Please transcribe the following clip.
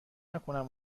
نکنم